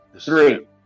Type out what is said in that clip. Three